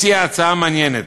הציעה הצעה מעניינת: